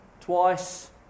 twice